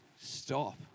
stop